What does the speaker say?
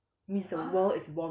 means the world is